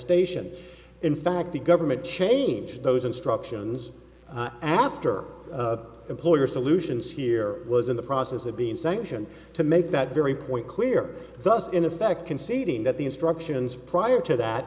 attestation in fact the government changed those instructions after the employer solutions here was in the process of being sanctioned to make that very point clear thus in effect conceding that the instructions prior to that